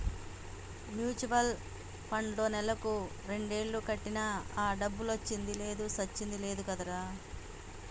mutual పండ్లో నెలకు రెండేలు కట్టినా ఆ డబ్బులొచ్చింది లేదు సచ్చింది లేదు కదరా